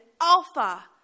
alpha